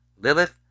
Lilith